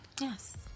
Yes